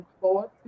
forward